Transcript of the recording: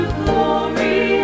glory